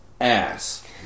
Ass